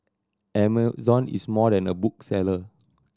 Amazon is more than a bookseller